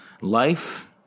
life